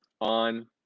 on